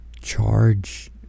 charge